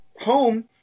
home